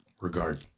regard